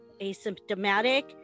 Asymptomatic